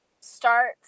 start